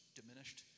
diminished